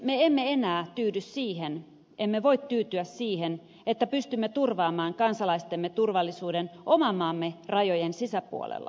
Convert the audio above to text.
me emme enää tyydy siihen emme voi tyytyä siihen että pystymme turvaamaan kansalaistemme turvallisuuden oman maamme rajojen sisäpuolella